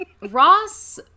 Ross